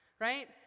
right